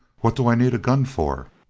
what do i need a gun for?